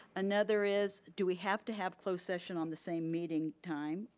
another is do we have to have closed session on the same meeting time,